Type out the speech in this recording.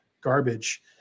garbage